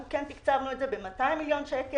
אנחנו כן תקצבנו את זה ב-200 מיליון שקלים